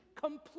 complete